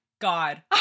god